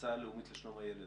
מהמועצה הלאומית לשלום הילד.